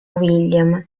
william